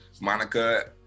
Monica